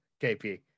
KP